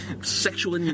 sexual